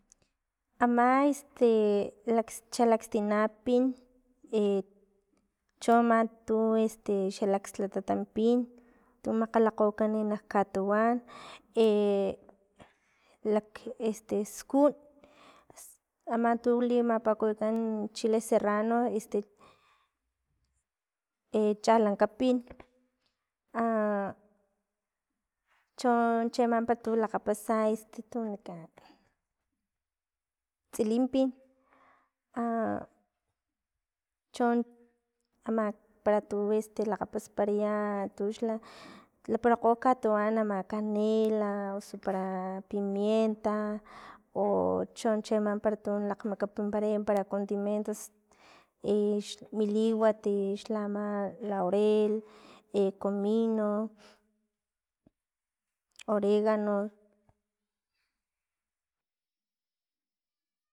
Ama este lak xalakstina pin, cho ama tu este xa lakslatata pin, tu makgalakgokan nak katuwan lak este skun ama tu limapakiwikan chile serrano este chalankapin chon che ama par atu lakgapasa este tu wanikan, tsilimpin, chon ama para tu lakgapaspataya tu laparalgo tuan ama canela, osu para pimienta, o chon chi ama para tu lakgmakapinpara condimentos i xla mi liwat, ixlama laurel comino, oregano.